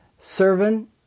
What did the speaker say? servant